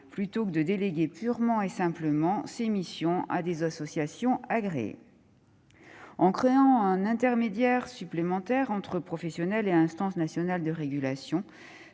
plutôt que déléguer purement et simplement ces missions à des associations agréées. En créant un intermédiaire supplémentaire entre professionnels et instances nationales de régulation,